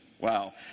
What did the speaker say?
Wow